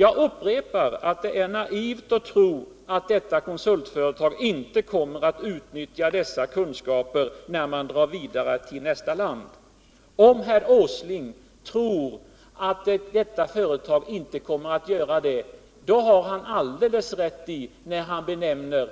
Jag upprepar att det är naivt att tro att detta konsultföretag inte kommer att utnyttja dessa kunskaper när man drar vidare till nästa land. Om herr Åsling tror att detta företag inte kommer att göra det, då har han full rätt att kalla